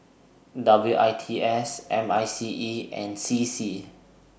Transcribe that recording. W I T S M I C E and C C